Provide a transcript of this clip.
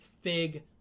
FIG